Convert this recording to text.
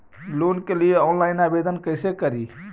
Loan के लिये online आवेदन कैसे करि?